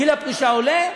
גיל הפרישה עולה,